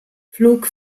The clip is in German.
flug